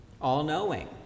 all-knowing